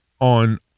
on